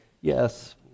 Yes